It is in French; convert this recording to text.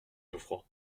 geoffroy